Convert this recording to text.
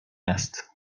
است